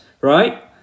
right